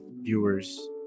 viewers